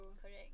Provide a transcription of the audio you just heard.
Correct